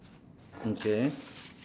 okay